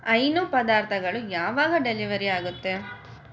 ಹೈನು ಪದಾರ್ಥಗಳು ಯಾವಾಗ ಡೆಲಿವರಿ ಆಗತ್ತೆ